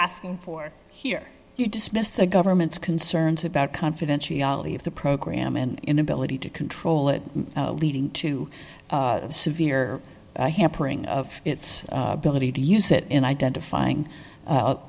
asking for here you dismissed the government's concerns about confidentiality of the program and inability to control it leading to severe hampering of its ability to use it in identifying